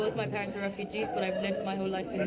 my parents are refugees, but i've lived my whole life